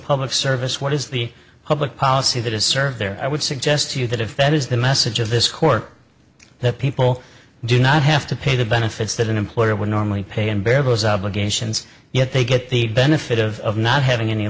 public service what is the public policy that is served there i would suggest to you that if that is the message of this court that people do not have to pay the benefits that an employer would normally pay and bear those obligations yet they get the benefit of not having any